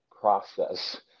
process